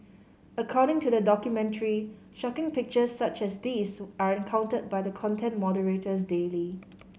according to the documentary shocking pictures such as these are encountered by the content moderators daily